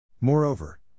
Moreover